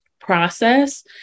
process